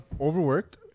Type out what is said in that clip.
Overworked